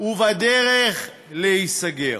ובדרך להיסגר.